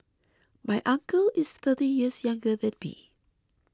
my uncle is thirty years younger than me